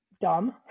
dumb